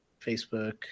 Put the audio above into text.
Facebook